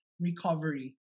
recovery